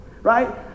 right